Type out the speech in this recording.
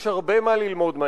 רבותי, יש גבול, אבל.